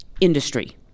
industry